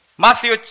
Matthew